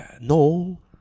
No